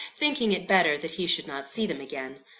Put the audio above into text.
thinking it better that he should not see them again.